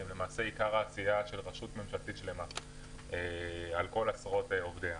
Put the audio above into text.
העשייה של רשות ממשלתית על כל עשרות עובדיה.